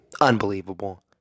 Unbelievable